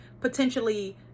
potentially